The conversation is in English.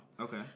Okay